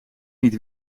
niet